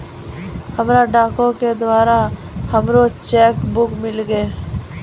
हमरा डाको के द्वारा हमरो चेक बुक मिललै